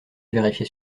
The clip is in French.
vérifier